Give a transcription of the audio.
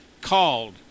called